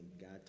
God